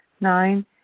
Nine